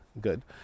good